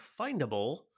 findable